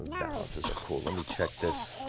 valances are cool, let me check this.